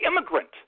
immigrant